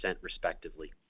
respectively